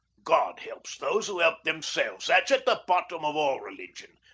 god helps those who elp themselves that's at the bottom of all religion.